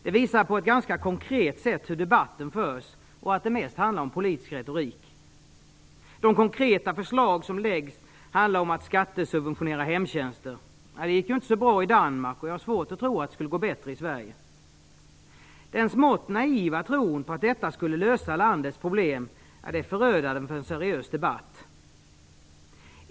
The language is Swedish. Det visar på ett ganska konkret sätt hur debatten förs och att det mest handlar om politisk retorik. De konkreta förslag som läggs fram handlar om att skattesubventionera hemtjänster. Det gick inte så bra i Danmark, och jag har svårt att tro att det skulle gå bättre i Sverige. Den smått naiva tron på att detta skulle lösa landets problem är förödande för en seriös debatt.